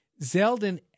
Zeldin